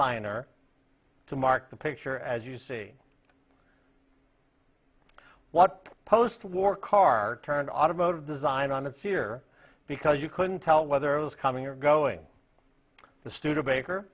liner to mark the picture as you see what postwar car turned automotive design on its ear because you couldn't tell whether it was coming or going the studebaker